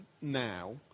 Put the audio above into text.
now